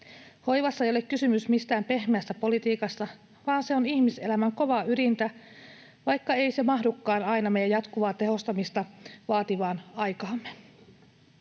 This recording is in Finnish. Hoivassa ei ole kysymys mistään pehmeästä politiikasta, vaan se on ihmiselämän kovaa ydintä, vaikka se ei mahdukaan aina meidän jatkuvaa tehostamista vaativaan aikaamme.